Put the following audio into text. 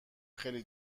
خیلی